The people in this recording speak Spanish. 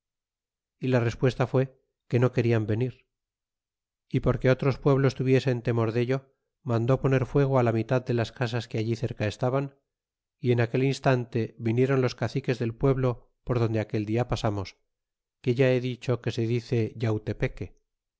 y la respuesta fué que no querian venir é porque otros pueblos tuviesen temor dello mandó poner fuego á la mitad de las casas que allí cerca estaban y en aquel instante viniéron los caciques del pueblo por donde aquel dia pasamos que ya he dicho que se dice yautepeque